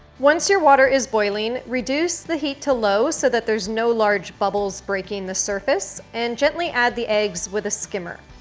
once your water is boiling, reduce the heat to low so that there's no large bubbles breaking the surface and gently add the eggs with a skimmer.